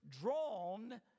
drawn